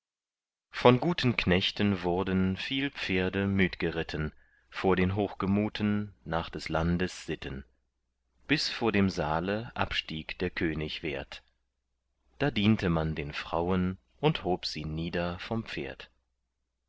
von guten knechten wurden viel pferde müd geritten vor den hochgemuten nach des landes sitten bis vor dem saale abstieg der könig wert da diente man den frauen und hob sie nieder vom pferd